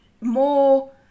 more